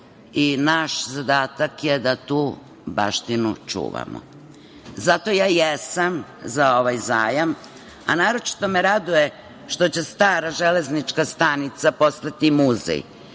i naš zadatak je da tu baštinu čuvamo. Zato ja jesam za ovaj zajam, a naročito me raduje što će stara Železnička stanica postati muzej